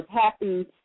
happy